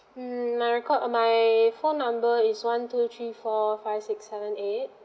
mm my record my phone number is one two three four five six seven eight